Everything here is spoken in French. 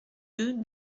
deux